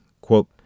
Quote